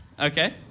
Okay